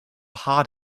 heart